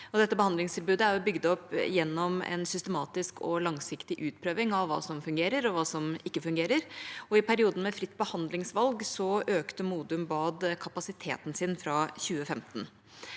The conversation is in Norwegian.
Dette behandlingstilbudet er bygd opp gjennom en systematisk og langsiktig utprøving av hva som fungerer, og hva som ikke fungerer, og i perioden med fritt behandlingsvalg, fra 2015, økte Modum Bad kapasiteten sin.